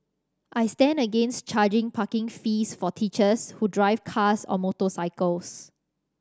I stand against charging parking fees for teachers who drive cars or motorcycles